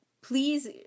Please